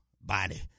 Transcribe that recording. body